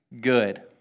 good